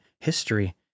history